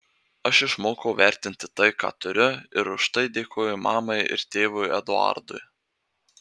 aš išmokau vertinti tai ką turiu ir už tai dėkoju mamai ir tėvui eduardui